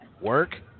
work